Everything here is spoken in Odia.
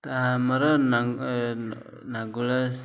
ତାହା ଆମର